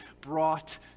brought